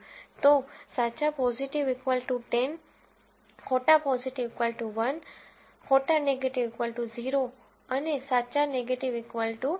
તો સાચા પોઝીટિવ 10 ખોટા પોઝીટિવ 1 ખોટા નેગેટીવ 0 અને સાચા નેગેટીવ 9